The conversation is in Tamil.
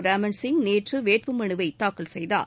ராமன் சிங் நேற்று வேட்புமனுவை தாக்கல் செய்தார்